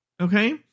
Okay